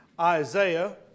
Isaiah